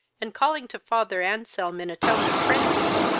and, calling to father anselm in a tone of frenzy,